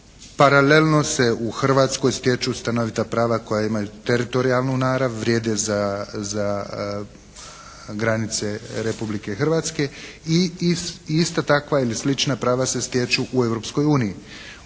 paralelno se u Hrvatskoj stječu stanovita prava koja imaju teritorijalnu narav, vrijede za granice Republike Hrvatske i ista takva ili slična prava se stječu u